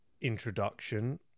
introduction